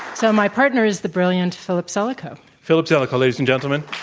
so my partner is the brilliant philip zelikow. philip zelikow, ladies and gentlemen